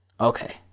Okay